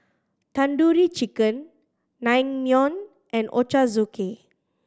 Tandoori Chicken Naengmyeon and Ochazuke